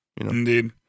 Indeed